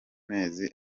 mezi